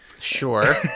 Sure